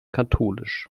katholisch